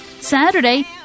Saturday